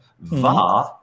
Va